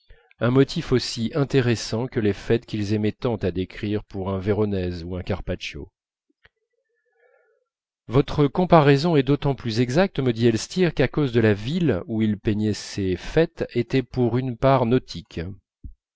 un artiste moderne motifs aussi intéressants que les fêtes qu'ils aimaient tant à décrire pour un véronèse ou un carpaccio votre comparaison est d'autant plus exacte me dit elstir qu'à cause de la ville où ils peignaient ces fêtes étaient pour une part nautiques